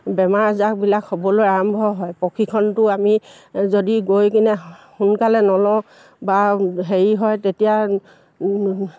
বেমাৰ আজাৰবিলাক হ'বলৈ আৰম্ভ হয় প্ৰশিক্ষণটো আমি যদি গৈ কিনে সোনকালে নলওঁ বা হেৰি হয় তেতিয়া